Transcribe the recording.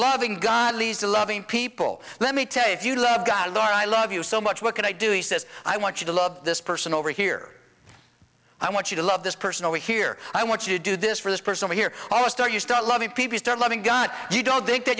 loving god leads to loving people let me tell you if you love god or i love you so much what can i do he says i want you to love this person over here i want you to love this person over here i want you to do this for this person here almost are you start loving people start loving gun you don't think th